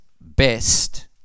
best